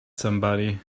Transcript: somebody